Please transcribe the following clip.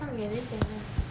放远一点 ah